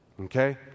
Okay